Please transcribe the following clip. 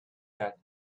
that